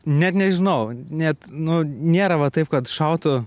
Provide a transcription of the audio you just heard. net nežinau net nu nėra va taip kad šautų